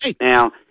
Now